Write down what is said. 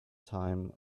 time